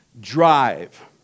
drive